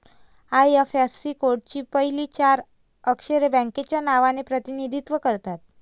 IFSC कोडची पहिली चार अक्षरे बँकेच्या नावाचे प्रतिनिधित्व करतात